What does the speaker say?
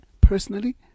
personally